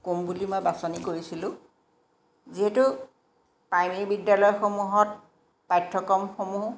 ক'ম বুলি মই বাচনি কৰিছিলোঁ যিহেতু প্ৰাইমেৰী বিদ্যালয়সমূহত পাঠ্যক্ৰমসমূহ